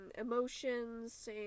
emotions